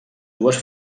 dues